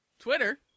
Twitter